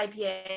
IPA